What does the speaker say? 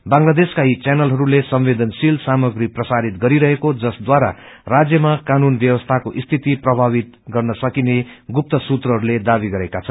बंगलादेशका यी चैनलहरूले संवेदनशील सामग्री प्रसारित गरिरहेको जसद्वारा राज्यमा कानून व्यवस्थाको सिति प्रमावित गर्न सकिने गुप्त सुत्रहस्ले दावी गरेका छन्